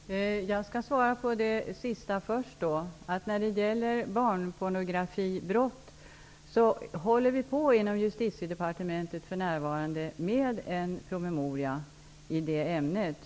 Herr talman! Jag skall svara på det sista först. När det gäller barnpornografibrott håller vi inom Justitiedepartementet för närvarande på med en promemoria i det ämnet.